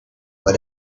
but